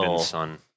son